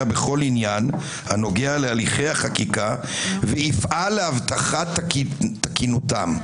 בכל ענין הנוגע להליכי החקיקה ויפעל להבטחת תקינותם".